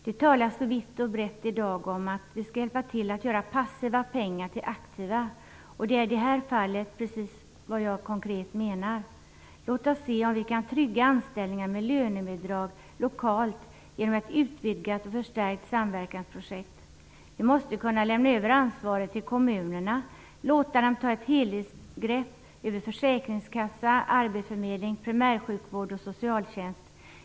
Det talas så vitt och brett i dag om att vi skall hjälpa till att göra passiva pengar till aktiva. Det är i precis vad jag konkret menar i det här fallet. Låt oss se om vi kan trygga anställningar med lönebidrag lokalt genom ett utvidgat och förstärkt samverkansprojekt. Vi måste kunna lämna över ansvaret till kommunerna och låta dem ta en helhetsgrepp över försäkringskassa, arbetsförmedling, primär sjukvård och socialtjänst.